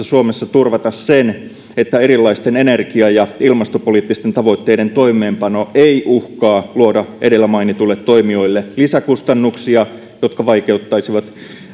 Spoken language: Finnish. suomessa turvata sen että erilaisten energia ja ilmastopoliittisten tavoitteiden toimeenpano ei uhkaa luoda edellä mainituille toimijoille lisäkustannuksia jotka vaikuttaisivat